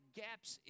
gaps